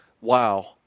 wow